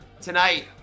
tonight